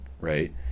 right